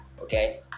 Okay